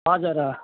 हजुर अँ